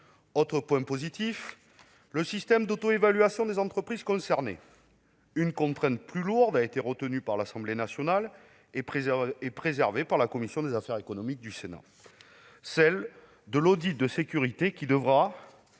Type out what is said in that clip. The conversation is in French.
Autre point positif : le système d'autoévaluation des entreprises concernées. Le principe d'une contrainte plus lourde a été adopté par l'Assemblée nationale et maintenu par la commission des affaires économiques du Sénat : il s'agit de l'audit de sécurité qui devra